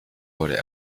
wurde